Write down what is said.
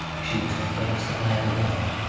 she was the first that i ever loved,